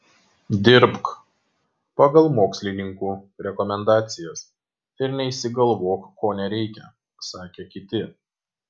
dirbk pagal mokslininkų rekomendacijas ir neišsigalvok ko nereikia sakė kiti